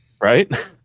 right